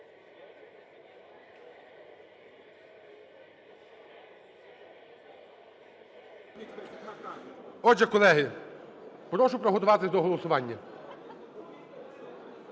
Отже, колеги, прошу приготуватись до голосування.